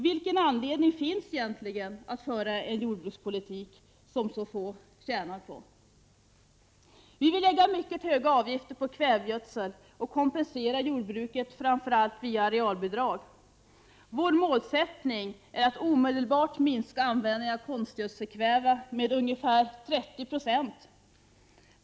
Vad finns det egentligen för anledning att föra en jordbrukspolitik som så få tjänar på? Vi i miljöpartiet vill lägga mycket höga avgifter på kvävegödsel och kompensera jordbruket framför allt via arealbidrag. Vår målsättning är att omedelbart minska användningen av konstgödselkväve med ungefär 30 96.